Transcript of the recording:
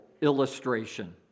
illustration